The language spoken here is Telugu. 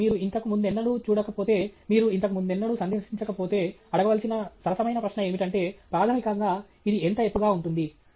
కాబట్టి మీరు ఇంతకు ముందెన్నడూ చూడకపోతే మీరు ఇంతకు ముందెన్నడూ సందర్శించకపోతే అడగవలసిన సరసమైన ప్రశ్న ఏమిటంటే ప్రాథమికంగా ఇది ఎంత ఎత్తుగా ఉంటుంది